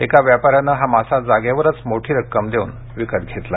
एका व्यापाऱ्याने हा मासा जागेवरच मोठी रक्कम देवून विकत घेतला